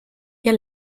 ihr